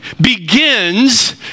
begins